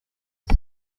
ist